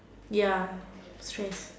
ya yes